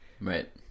Right